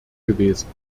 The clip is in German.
gewesen